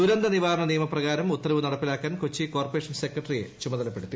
ദുരത്തിവാരണ നിയമ പ്രകാരം ഉത്തരവ് നടപ്പിലാക്കാൻ കൊച്ചി ക്കോർപ്പറേഷൻ സെക്രട്ടറിയെ ചുമതലപ്പെടുത്തി